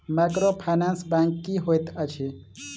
Microfinance bank की होइत अछि?